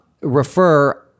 refer